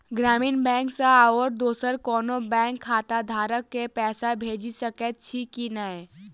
ग्रामीण बैंक सँ आओर दोसर कोनो बैंकक खाताधारक केँ पैसा भेजि सकैत छी की नै?